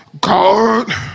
God